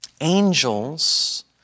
angels